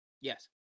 Yes